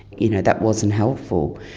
you know that wasn't helpful,